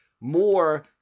more